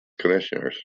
commissioners